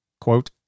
quote